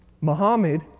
Muhammad